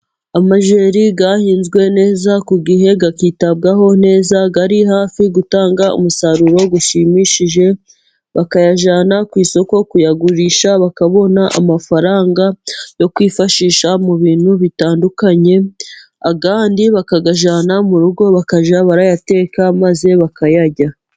Amajeri ahinzwe neza ku gihe akitabwaho neza ari hafi gutanga umusaruro ushimishije, bakayajyana ku isoko kuyagurisha bakabona amafaranga yo kwifashisha mu bintu bitandukanye, andi bakayajyana mu rugo bakajya barayateka maze bakayarya.